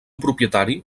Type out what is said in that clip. propietari